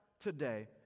today